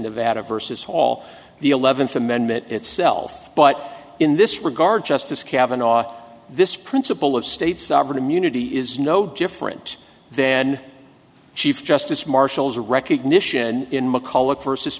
nevada versus all the eleventh amendment itself but in this regard justice kavanagh this principle of state sovereign immunity is no different then chief justice marshall is a recognition in mcculloch versus